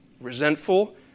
resentful